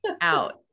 out